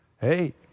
Hey